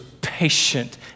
patient